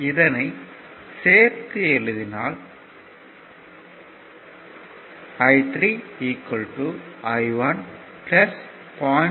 இதனை சேர்த்து எழுதினால் I3 I1 0